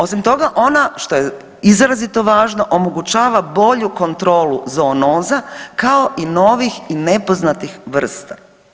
Osim toga ona što je izrazito važno omogućava bolju kontrolu zoonoza kao i novih i nepoznatih vrsta.